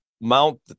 mount